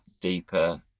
deeper